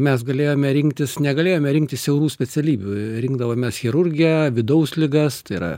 mes galėjome rinktis negalėjome rinktis siaurų specialybių rinkdavomės chirurgiją vidaus ligas tai yra